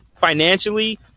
Financially